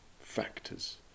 factors